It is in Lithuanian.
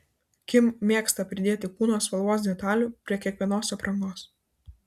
kim mėgsta pridėti kūno spalvos detalių prie kiekvienos aprangos